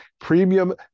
Premium